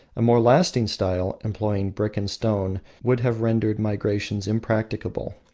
a more lasting style, employing brick and stone, would have rendered migrations impracticable,